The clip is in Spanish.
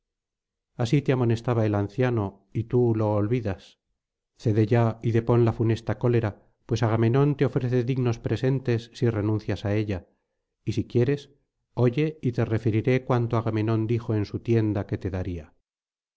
así te amonestaba el anciano y tú lo olvidas cede ya y depon la funesta cólera pues agamenón te ofrece dignos presentes si renuncias á ella y si quieres oye y te referiré cuanto agamenón dijo en su tienda que te daría